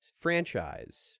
franchise